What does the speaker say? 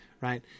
right